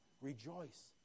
rejoice